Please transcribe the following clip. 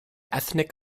ethnic